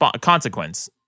consequence